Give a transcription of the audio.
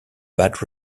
bad